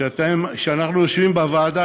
כשאנחנו יושבים בוועדה,